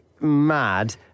mad